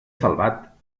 salvat